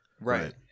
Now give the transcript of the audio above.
Right